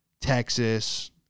Texas